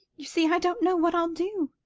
you see, i don't know what i'll do.